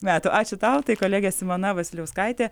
metų ačiū tau tai kolegė simona vasiliauskaitė